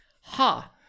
Ha